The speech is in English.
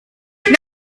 not